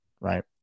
Right